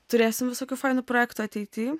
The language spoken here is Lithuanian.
turėsim visokių fainų projektų ateity